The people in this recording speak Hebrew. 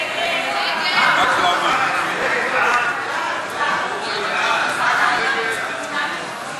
ההצעה להסיר מסדר-היום את הצעת חוק המועצה להשכלה גבוהה (תיקון,